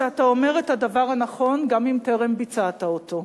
שאתה אומר את הדבר הנכון גם אם טרם ביצעת אותו.